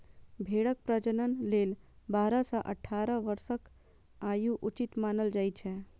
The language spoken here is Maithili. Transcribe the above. भेड़क प्रजनन लेल बारह सं अठारह वर्षक आयु उचित मानल जाइ छै